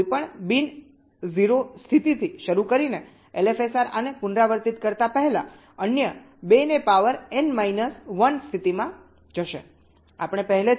કોઈપણ બિન 0 સ્થિતિથી શરૂ કરીને એલએફએસઆર આને પુનરાવર્તિત કરતા પહેલા અન્ય 2 ને પાવર એન માઇનસ 1 સ્થિતિમાં જશે આપણે પહેલેથી જ જોયું છે